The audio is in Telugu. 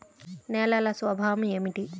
నేలల స్వభావం ఏమిటీ?